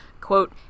quote